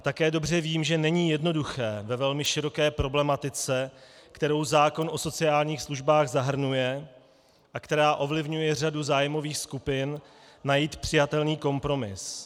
Také dobře vím, že není jednoduché ve velmi široké problematice, kterou zákon o sociálních službách zahrnuje a která ovlivňuje řadu zájmových skupin, najít přijatelný kompromis.